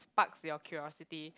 sparks your curiosity